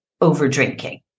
over-drinking